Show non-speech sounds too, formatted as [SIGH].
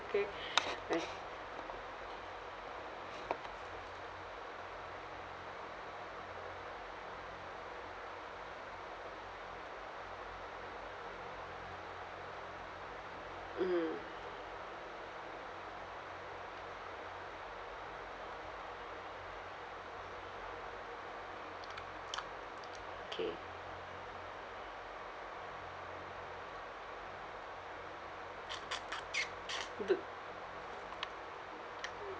K right mm [NOISE] K [NOISE] do